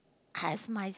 has my